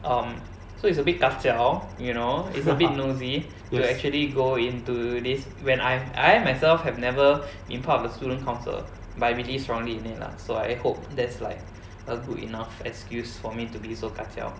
um so it's a bit ka jiao you know it's a bit nosy to actually go into this when I've I myself have never been part of the student council but I believe strongly in it lah so I hope that's like a good enough excuse for me to be so ka jiao